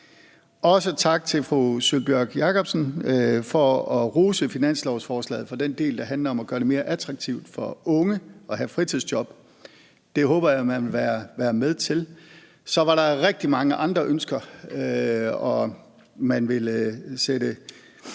sige tak til fru Sólbjørg Jakobsen for at rose den del af finanslovsforslaget, der handler om at gøre det mere attraktivt for unge at have fritidsjob. Det håber jeg at man vil være med til. Så var der rigtig mange andre ønsker, og man vil sætte